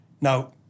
Now